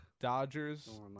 Dodgers